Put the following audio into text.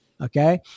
Okay